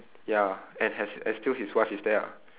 ya and has has still his wife is there lah